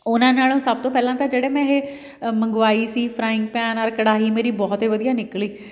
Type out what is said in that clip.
ਉਹਨਾਂ ਨਾਲ਼ੋਂ ਸਭ ਤੋਂ ਪਹਿਲਾਂ ਤਾਂ ਜਿਹੜੇ ਮੈਂ ਇਹ ਮੰਗਵਾਈ ਸੀ ਫਰਾਇੰਗ ਪੈਨ ਔਰ ਕੜਾਹੀ ਮੇਰੀ ਬਹੁਤ ਹੀ ਵਧੀਆ ਨਿਕਲੀ